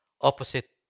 opposite